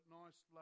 nice